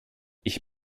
ich